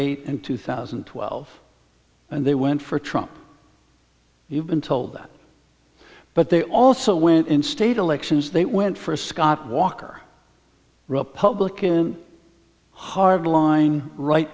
eight and two thousand and twelve and they went for trump you've been told that but they also went in state elections they went for scott walker republican hardline right